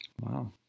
Wow